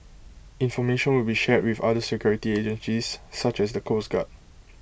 information will be shared with other security agencies such as the coast guard